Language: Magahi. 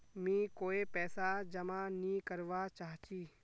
मी कोय पैसा जमा नि करवा चाहची